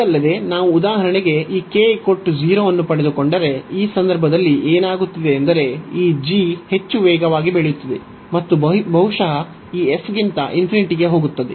ಇದಲ್ಲದೆ ನಾವು ಉದಾಹರಣೆಗೆ ಈ k 0 ಅನ್ನು ಪಡೆದುಕೊಂಡರೆ ಈ ಸಂದರ್ಭದಲ್ಲಿ ಏನಾಗುತ್ತಿದೆ ಎಂದರೆ ಈ g ಹೆಚ್ಚು ವೇಗವಾಗಿ ಬೆಳೆಯುತ್ತಿದೆ ಮತ್ತು ಬಹುಶಃ ಈ f ಗಿಂತ ಗೆ ಹೋಗುತ್ತದೆ